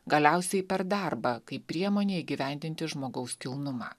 galiausiai per darbą kaip priemonė įgyvendinti žmogaus kilnumą